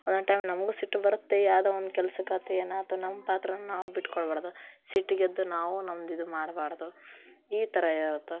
ಒಂದೊಂದು ಟೈಮ್ ನಮ್ಗೂ ಸಿಟ್ಟು ಬರುತ್ತೆ ಯಾವುದೋ ಒಂದು ಕೆಲ್ಸಕ್ಕೆ ಆಯ್ತು ಏನಾಯ್ತು ನಮ್ಮ ಪಾತ್ರನೂ ನಾವು ಬಿಟ್ಕೋಡಬಾರ್ದು ಸಿಟ್ಟಿಗೆದ್ದು ನಾವೂ ನಮ್ದು ಇದು ಮಾಡಬಾರ್ದು ಈ ಥರ ಇರುತ್ತೆ